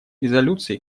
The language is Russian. резолюций